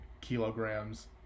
kilograms